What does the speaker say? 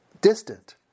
distant